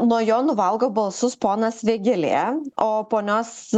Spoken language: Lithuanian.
nuo jo nuvalgo balsus ponas vėgėlė o ponios